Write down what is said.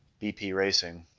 bp racing